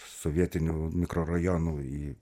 sovietinių mikrorajonų į